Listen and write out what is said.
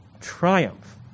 triumph